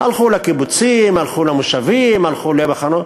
הלכו לקיבוצים, הלכו למושבים, הלכו למחנות.